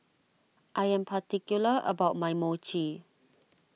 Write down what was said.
I am particular about my Mochi